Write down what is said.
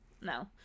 no